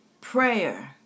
Prayer